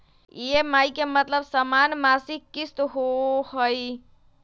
EMI के मतलब समान मासिक किस्त होहई?